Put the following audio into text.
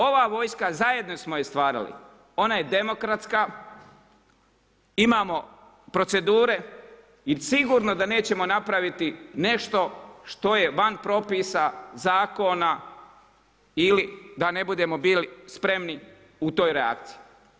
Ova vojska, zajedno smo je stvarali, ona je demokratska imamo procedure i sigurno da nećemo napraviti nešto što je van propisa, zakona ili da ne budemo bili spremni u toj reakciji.